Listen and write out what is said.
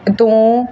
ਤੋਂ